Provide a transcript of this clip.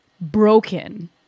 broken